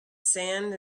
sand